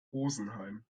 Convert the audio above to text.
rosenheim